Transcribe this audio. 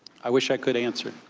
i wish i could answer.